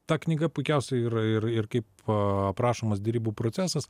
ta knyga puikiausiai ir ir ir kaip aprašomas derybų procesas